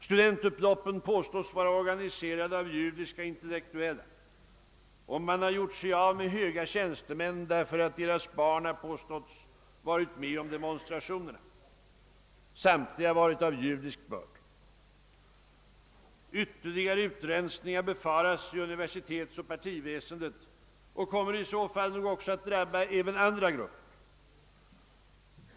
Studentupploppen påstås vara organiserade av judiska intellektuella, och man har gjort sig av med höga tjänstemän därför att deras barn påståtts ha varit med om demonstrationerna. Samtliga har varit av judisk börd. Ytterligare utrensningar befaras i universitetsoch partiväsendet och kommer i så fall givetvis också att drabba även andra grupper.